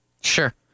Sure